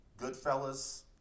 Goodfellas